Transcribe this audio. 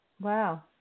Wow